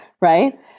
right